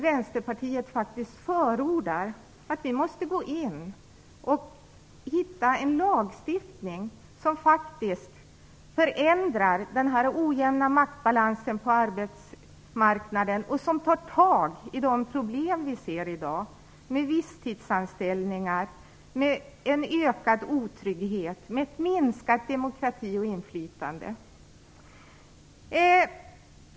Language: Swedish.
Vänsterpartiet förordar att vi skall utforma en lagstiftning som förändrar den ojämna maktbalansen på arbetsmarknaden och som angriper de problem vi ser i dag med visstidsanställningar, ökad otrygghet, minskad demokrati och minskat inflytande.